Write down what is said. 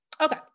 Okay